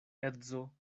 edzo